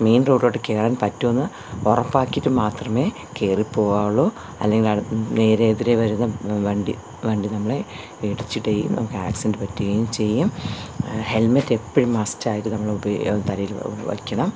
main റോഡിലോട്ട് കയറാൻ പറ്റുമോയെന്ന് ഉറപ്പാക്കിയിട്ടു മാത്രമേ കയറിപ്പോകാവുള്ളൂ അല്ലെങ്കിൽ അട് നേരെ എതിരെ വരുന്ന വ വണ്ടി വണ്ടി നമ്മളെ ഇടിച്ചിടുകയും നമുക്ക് ആക്സിഡൻറ്റ് പറ്റുകയും ചെയ്യും ഹെൽമെറ്റ് എപ്പോഴും മസ്റ്റായിട്ട് നമ്മൾ ഉപ തലയിൽ വ വെയ്ക്കണം